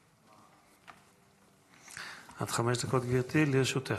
עד חמש דקות לרשותך,